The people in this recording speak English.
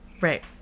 Right